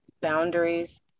boundaries